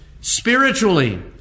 Spiritually